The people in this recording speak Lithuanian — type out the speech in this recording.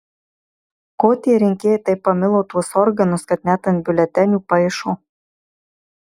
ko tie rinkėjai taip pamilo tuos organus kad net ant biuletenių paišo